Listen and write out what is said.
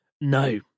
No